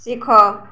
ଶିଖ